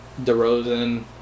DeRozan